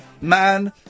Man